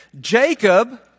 Jacob